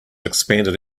expanded